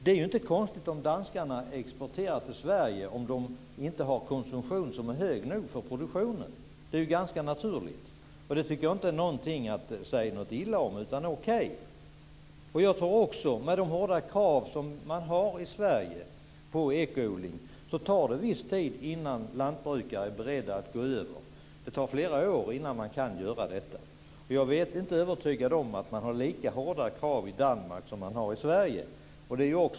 Det är ju inte konstigt om danskarna exporterar till Sverige om de inte har en konsumtion som är hög nog för produktionen. Det är ganska naturligt. Det tycker jag inte man ska säga något illa om, utan det är okej. Med de hårda krav på ekoodling som finns i Sverige tror jag att det tar viss tid innan lantbrukare är beredda att gå över. Det tar flera år innan de kan göra detta. Jag är inte heller helt övertygad om att man har lika hårda krav i Danmark som man har i Sverige.